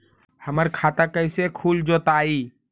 हमर खाता कैसे खुल जोताई?